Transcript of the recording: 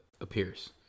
appears